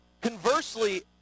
Conversely